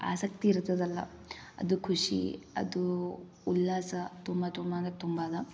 ಆಸ್ತಕಿ ಇರ್ತದಲ್ಲ ಅದು ಖುಷಿ ಅದೂ ಉಲ್ಲಾಸ ತುಂಬ ತುಂಬ ಅಂದರೆ ತುಂಬ ಅದ